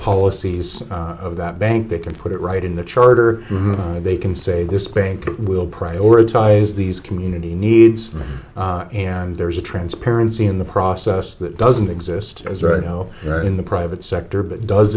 policies of that bank they can put it right in the charter or they can say this bank will prioritize these community needs and there is a transparency in the process that doesn't exist as right now in the private sector but does